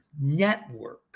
network